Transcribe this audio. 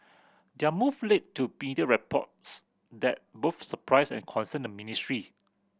their move led to reports that both surprised and concerned the ministry